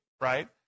right